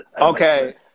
Okay